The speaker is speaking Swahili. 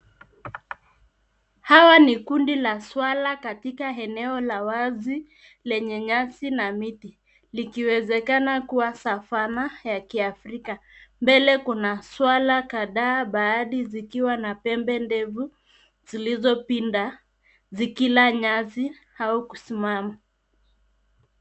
Hawa ni kundi la swara katika eneo la wazi lenye nyasi na miti likiwezekana kuwa savana ya kiafrika. Mbele kuna swara kadhaa baadhi zikiwa na pembe ndefu zilizopinda zikila nyasi au kusimama.